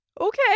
Okay